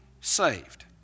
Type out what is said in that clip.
saved